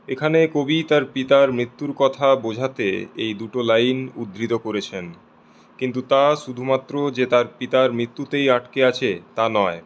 এখানে কবি তাঁর পিতার মৃত্যুর কথা বোঝাতে এই দুটো লাইন উদ্ধৃত করেছেন কিন্তু তা সুধুমাত্র যে তাঁর পিতার মৃত্যুতেই আটকে আছে তা নয়